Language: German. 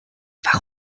warum